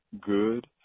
good